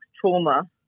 trauma